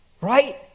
right